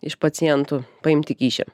iš pacientų paimti kyšį